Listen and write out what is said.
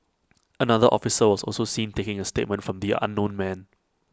another officer was also seen taking A statement from the unknown man